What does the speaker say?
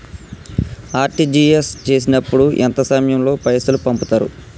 RTGS చేసినప్పుడు ఎంత సమయం లో పైసలు పంపుతరు?